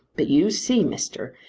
but you see, mister,